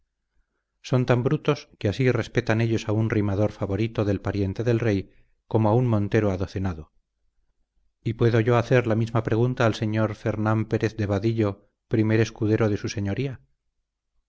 son tan brutos que así respetan ellos a un rimador favorito del pariente del rey como a un montero adocenado y puedo yo hacer la misma pregunta al señor fernán pérez de vadillo primer escudero de su señoría